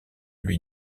lui